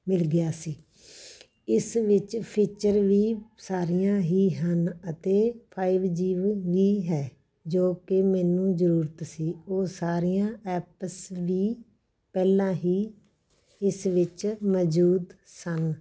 ਮਿਲ ਗਿਆ ਸੀ ਇਸ ਵਿੱਚ ਫੀਚਰ ਵੀ ਸਾਰੀਆਂ ਹੀ ਹਨ ਅਤੇ ਫਾਈਵ ਜੀਬ ਵੀ ਹੈ ਜੋ ਕੇ ਮੈਨੂੰ ਜ਼ਰੂਰਤ ਸੀ ਉਹ ਸਾਰੀਆਂ ਐਪਸ ਵੀ ਪਹਿਲਾਂ ਹੀ ਇਸ ਵਿੱਚ ਮੌਜੂਦ ਸਨ